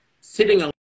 Sitting